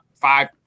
five